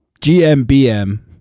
GMBM